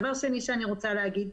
דבר שני שאני רוצה להגיד,